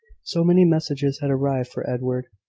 so many messages had arrived for edward,